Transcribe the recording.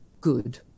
good